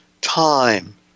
time